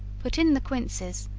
put in the quinces,